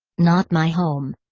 not my home.